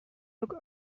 look